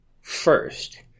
first